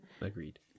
Agreed